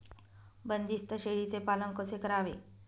बंदिस्त शेळीचे पालन कसे करावे?